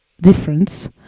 difference